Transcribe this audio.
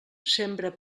sembra